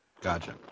Gotcha